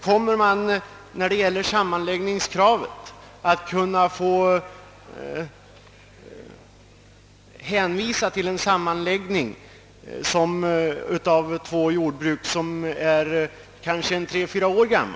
Kommer man när det gäller sammanläggningskravet att få hänvisa till en sammanläggning av två jordbruk som företogs för tre, fyra år sedan?